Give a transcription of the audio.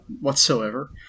whatsoever